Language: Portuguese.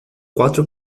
quatro